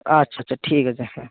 আচ্ছা আচ্ছা ঠিক আছে হ্যাঁ